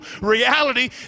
reality